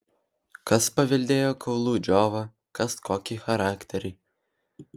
kas paveldėjo kaulų džiovą kas kokį charakterį